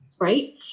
right